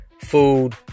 food